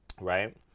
Right